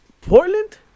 Portland